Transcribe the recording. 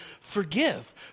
forgive